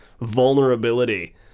vulnerability